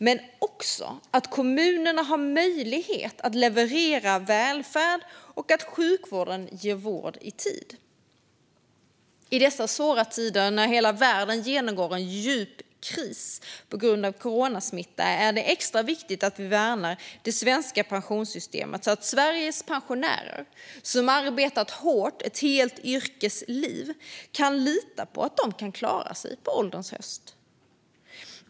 Men det handlar också om att kommunerna har möjlighet att leverera välfärd och att sjukvården kan ge vård i tid. I dessa svåra tider, när hela världen genomgår en djup kris på grund av coronasmittan, är det extra viktigt att vi värnar det svenska pensionssystemet så att Sveriges pensionärer, som arbetat hårt ett helt yrkesliv, kan lita på att de kan klara sig på ålderns höst.